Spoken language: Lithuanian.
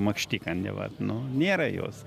makštikanė na vat nu nėra jos